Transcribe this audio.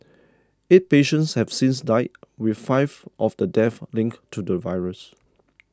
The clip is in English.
eight patients have since died with five of the deaths linked to the virus